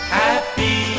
happy